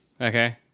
Okay